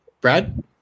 Brad